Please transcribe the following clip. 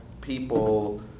people